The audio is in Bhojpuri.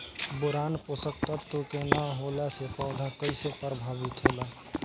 बोरान पोषक तत्व के न होला से पौधा कईसे प्रभावित होला?